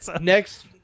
next